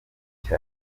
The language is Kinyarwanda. cye